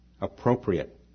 appropriate